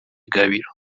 gabiro